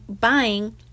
buying